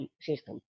system